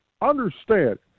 understand